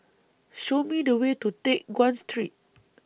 Show Me The Way to Teck Guan Street